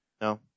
No